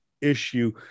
issue